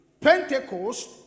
Pentecost